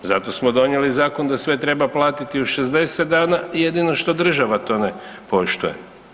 Zato smo donijeli zakon da sve treba platiti u 60 dana jedino što država to ne poštuje.